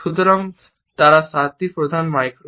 সুতরাং তারা সাতটি প্রধান মাইক্রো